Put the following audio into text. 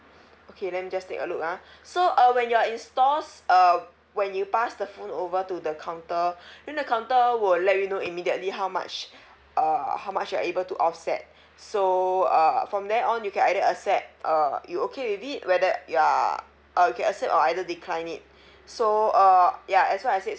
okay let me just take a look ah so uh when you are in stores uh when you pass the phone over to the counter then the counter will let you know immediately how much uh how much you're able to offset so uh from there on you can either accept uh you okay with it whether you are uh you can accept or either decline it so uh ya as what I said